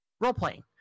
role-playing